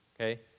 Okay